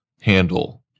handle